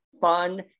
fun